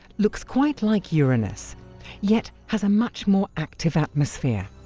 looks quite like uranus yet has a much more active atmosphere.